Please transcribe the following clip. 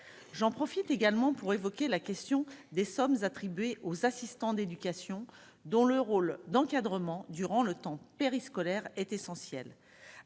j'en profite également pour évoquer la question des sommes attribuées aux assistants d'éducation dans le rôle d'encadrement durant le temps périscolaire est essentiel,